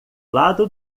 lado